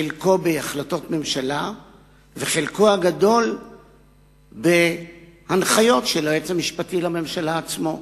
חלקו בהחלטות ממשלה וחלקו הגדול בהנחיות של היועץ המשפטי לממשלה עצמו?